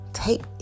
Take